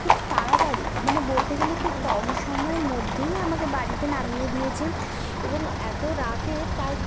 খুব তাড়াতাড়ি মানে বলতে গেলে খুব কম সময়ের মধ্যেই আমাকে বাড়িতে নামিয়ে দিয়েছেন এবং এত রাতে তার